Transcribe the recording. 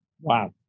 Wow